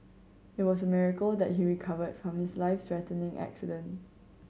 it was a miracle that he recovered from his life threatening accident